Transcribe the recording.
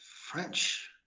French